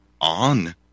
on